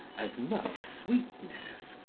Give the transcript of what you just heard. as much sweetness,